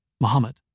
Muhammad